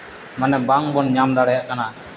ᱢᱟᱱᱮ ᱵᱟᱝ ᱵᱚᱱ ᱧᱟᱢ ᱫᱟᱲᱮᱭᱟᱜ ᱠᱟᱱᱟ